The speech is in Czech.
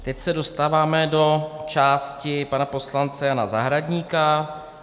Teď se dostáváme do části pana poslance Jana Zahradníka.